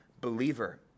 believer